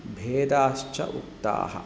भेदाश्च उक्ताः